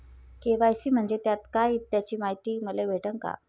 KYC म्हंजे काय त्याची मायती मले भेटन का?